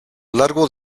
largo